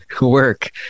work